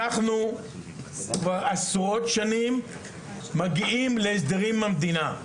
אנחנו כבר עשרות שנים מגיעים להסדרים עם המדינה,